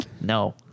No